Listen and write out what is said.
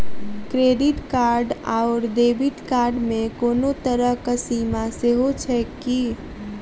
Credit card आओर debit card मे कोनो तरहक सीमा सेहो छैक की?